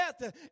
death